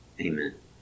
Amen